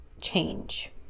change